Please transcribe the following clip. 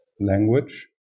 language